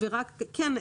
כן.